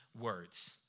words